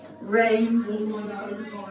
Rain